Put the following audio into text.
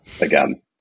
Again